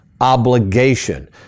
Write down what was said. obligation